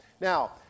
Now